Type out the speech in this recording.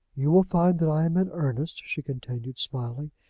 you will find that i am in earnest, she continued, smiling.